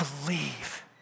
believe